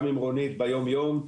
גם עם רונית ביום-יום.